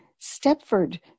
stepford